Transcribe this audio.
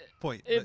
point